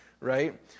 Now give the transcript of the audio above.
right